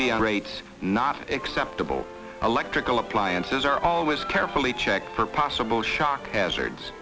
be on rates not acceptable electrical appliances are always carefully checked for possible shock hazards